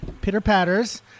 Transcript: Pitter-patters